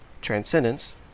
Transcendence